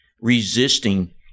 resisting